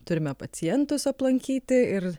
turime pacientus aplankyti ir